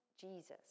Jesus